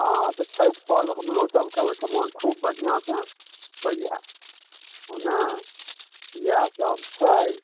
हँ तऽ छठि पर्व हमरोसबके ओहिठाम खूब बढ़िआँसँ होइए हँ ने इएहसब छै